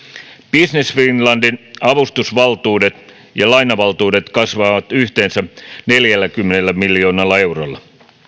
business finlandin avustusvaltuudet ja lainavaltuudet kasvavat yhteensä neljälläkymmenellä miljoonalla eurolla